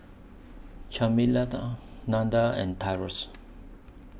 and Tyrus